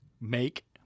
make